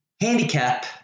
handicap